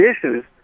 issues